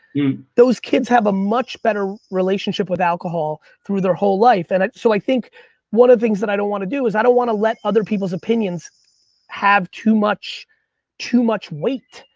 those kids have a much better relationship with alcohol through their whole life. and so i think one of the things that i don't wanna do is i don't wanna let other people's opinions have too much too much weight,